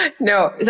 No